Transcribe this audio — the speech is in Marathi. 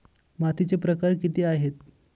मातीचे प्रकार किती आहेत?